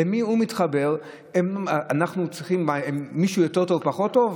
למי הוא מתחבר, למישהו יותר טוב או פחות טוב?